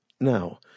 Now